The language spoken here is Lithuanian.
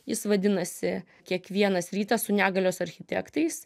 jis vadinasi kiekvienas rytas su negalios architektais